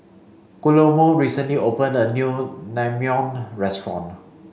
Guillermo recently opened a new Naengmyeon restaurant